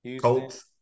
Colts